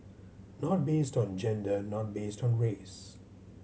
not based on gender not based on race